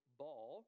ball